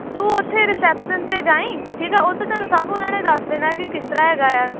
ਤੂੰ ਉੱਥੇ ਰਿਸੈਪਸ਼ਨ 'ਤੇ ਜਾਈਂ ਠੀਕ ਹੈ ਉੱਥੇ ਤੈਨੂੰ ਸਭ ਉਹਨਾਂ ਨੇ ਦੱਸ ਦੇਣਾ ਕਿ ਕਿਸ ਤਰ੍ਹਾਂ ਹੈਗਾ ਆ